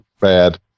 bad